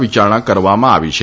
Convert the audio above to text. વિચારણા કરવામાં આવી છે